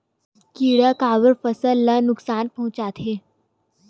किड़ा काबर फसल ल नुकसान पहुचाथे?